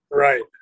Right